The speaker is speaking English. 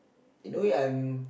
you know I'm